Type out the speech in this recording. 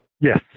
Yes